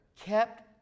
kept